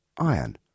iron